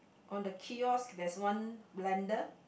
on the kiosk there is one blender